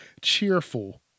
cheerful